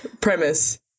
premise